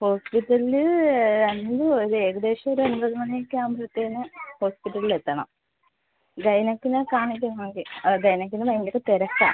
ഹോസ്പിറ്റലിൽ അത് ഏകദേശം ഒരു ഒൻപത് മണി ഒക്കെ ആവുമ്പോഴത്തേന് ഹോസ്പിറ്റലിൽ എത്തണം ഗൈനക്കിനെ കാണിക്കണമെങ്കിൽ ആ ഗൈനക്കിൽ ഭയങ്കര തിരക്കാണ്